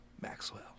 maxwell